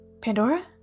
Pandora